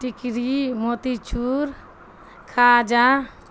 ٹکری موتیچور کاجہ